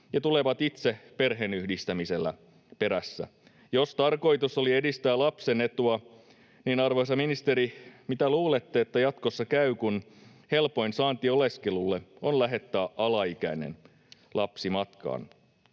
ja tulemalla itse perheenyhdistämisellä perässä. Jos tarkoitus oli edistää lapsen etua, arvoisa ministeri, niin mitä luulette, että jatkossa käy, kun helpoin saanti oleskelulle on lähettää alaikäinen lapsi matkaan?